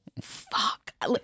fuck